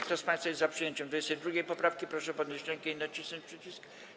Kto z państwa jest za przyjęciem 22. poprawki, proszę podnieść rękę i nacisnąć przycisk.